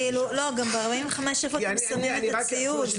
ב-45 סנטימטרים, היכן אתם שמים את הציוד?